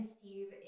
Steve